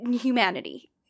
humanity